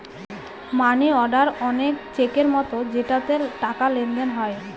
মানি order অনেক চেকের মতো যেটাতে টাকার লেনদেন হয়